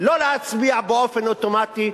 לא להצביע באופן אוטומטי.